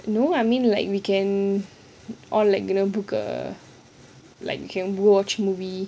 no I mean like we can all like gonna book err or like we can watch movie